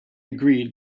agreed